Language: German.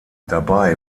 dabei